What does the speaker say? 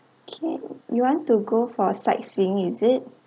okay you want to go for sightseeing is it